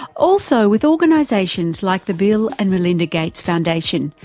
also with organisation like the bill and melinda gates foundation,